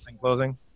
closing